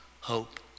hope